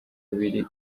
biri